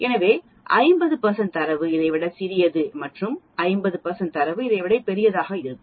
எனவே 50 தரவு இதை விட சிறியது மற்றும் 50 தரவு இதை விட பெரியதாக இருக்கும்